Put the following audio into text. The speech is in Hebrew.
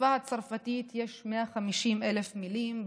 בשפה הצרפתית יש 150,000 מילים,